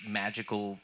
magical